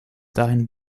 dahin